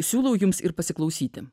siūlau jums ir pasiklausyti